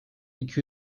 iki